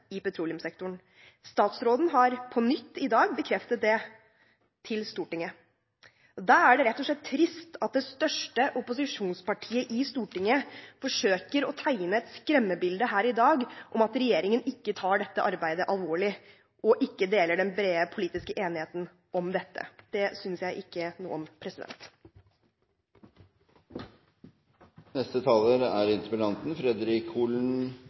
i petroleumssektoren. Statsråden har i dag på nytt bekreftet det for Stortinget. Da er det rett og slett trist at det største opposisjonspartiet i Stortinget forsøker å tegne et skremmebilde her i dag om at regjeringen ikke tar dette arbeidet alvorlig, og ikke deler den brede politiske enigheten om dette. Det synes jeg ikke noe om. Eg har lyst til å takke for ein veldig god debatt. Eg synest det er